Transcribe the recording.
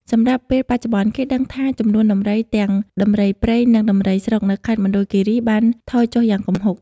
សម្រាប់ពេលបច្ចុប្បន្ន គេដឹងថាចំនួនដំរី ទាំងដំរីព្រៃ និងដំរីស្រុកនៅខេត្តមណ្ឌលគិរីបានថយចុះយ៉ាងគំហុក។